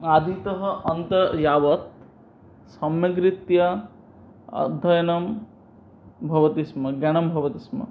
आदितः अन्तं यावत् सम्यग्रीत्या अध्ययनं भवति स्म ज्ञानं भवति स्म